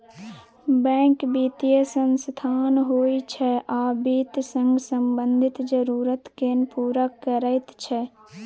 bank बित्तीय संस्थान होइ छै आ बित्त सँ संबंधित जरुरत केँ पुरा करैत छै